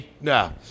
No